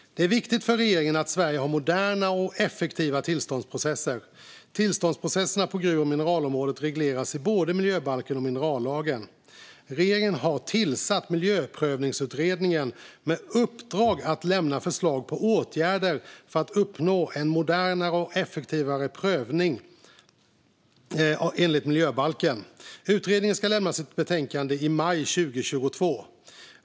Det är viktigt för regeringen att Sverige har moderna och effektiva tillståndsprocesser. Tillståndsprocesserna på gruv och mineralområdet regleras i både miljöbalken och minerallagen . Regeringen har tillsatt Miljöprövningsutredningen med uppdrag att lämna förslag på åtgärder för att uppnå en modernare och effektivare prövning enligt miljöbalken. Utredningen ska lämna sitt betänkande i maj 2022.